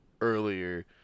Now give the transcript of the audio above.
Earlier